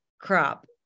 crop